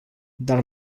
dar